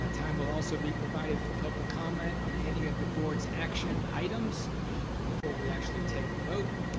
ah time will also be provided for public comment on any of the board's action items before we actually take a vote,